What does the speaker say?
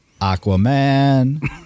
Aquaman